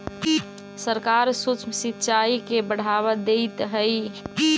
सरकार सूक्ष्म सिंचाई के बढ़ावा देइत हइ